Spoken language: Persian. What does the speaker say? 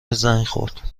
خورد